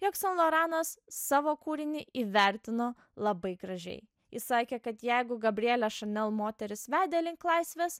jog san loranas savo kūrinį įvertino labai gražiai jis sakė kad jeigu gabrielė šanel moteris vedė link laisvės